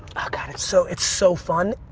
ah kind of so it's so fun.